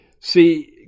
See